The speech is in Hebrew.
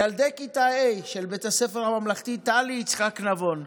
ילדי כיתה ה' של בית הספר הממלכתי תל"י יצחק נבון,